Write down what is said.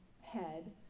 head